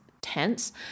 tense